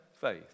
Faith